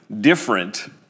different